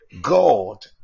God